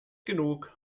genug